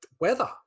weather